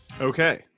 Okay